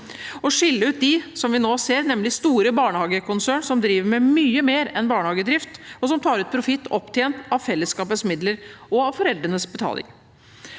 opp barna på best mulig måte, og store barnehagekonsern, som driver med mye mer enn barnehagedrift, og som tar ut profitt opptjent av fellesskapets midler og av foreldrenes betaling.